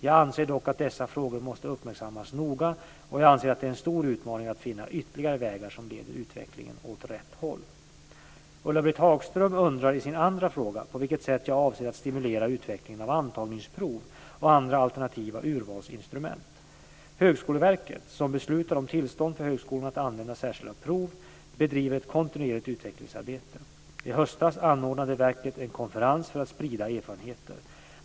Jag anser dock att dessa frågor måste uppmärksammas noga och jag anser att det är en stor utmaning att finna ytterligare vägar som leder utvecklingen åt rätt håll. Ulla-Britt Hagström undrar i sin andra fråga på vilket sätt jag avser att stimulera utvecklingen av antagningsprov och andra alternativa urvalsinstrument. Högskoleverket, som beslutar om tillstånd för högskolorna att använda särskilda prov, bedriver ett kontinuerligt utvecklingsarbete. I höstas anordnade verket en konferens för att sprida erfarenheter.